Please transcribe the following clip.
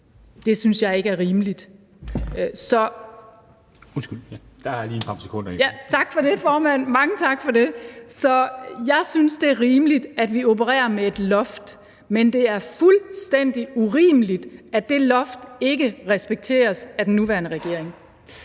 – mange tak for det. Så jeg synes, det er rimeligt, at vi opererer med et loft, men det er fuldstændig urimeligt, at det loft ikke respekteres af den nuværende regering.